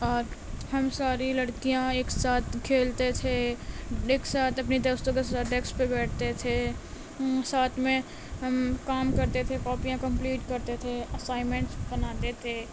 اور ہم ساری لڑکیاں ایک ساتھ کھیلتے تھے ایک ساتھ اپنی دوستوں کے ساتھ ڈیکس پہ بیٹھتے تھے ساتھ میں ہم کام کرتے تھے کاپیاں کمپلیٹ کرتے تھے اسائمینٹس بناتے تھے